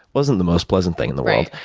wasn't the most pleasant thing in the world.